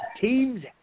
teams